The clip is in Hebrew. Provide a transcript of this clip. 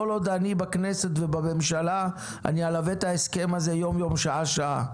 כל עוד אני בכנסת ובממשלה אני אלווה את ההסכם הזה יום יום שעה שעה.